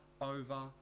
over